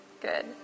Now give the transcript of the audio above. Good